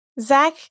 Zach